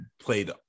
played